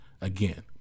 Again